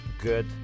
good